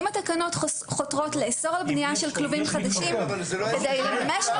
אם התקנות חותרות לאסור על בנייה של כלובים חדשים כדי --- אין מתחמים,